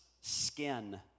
skin